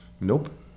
Nope